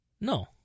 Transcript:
No